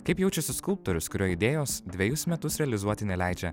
kaip jaučiasi skulptorius kurio idėjos dvejus metus realizuoti neleidžia